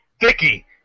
Vicky